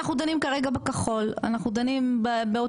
אנחנו דנים כרגע בכחול,